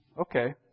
Okay